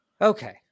Okay